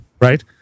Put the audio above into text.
right